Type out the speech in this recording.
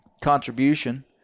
contribution